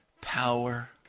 power